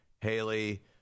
Haley